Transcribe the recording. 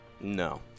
No